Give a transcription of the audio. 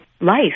life